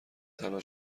تنها